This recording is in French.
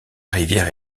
rivière